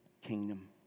kingdom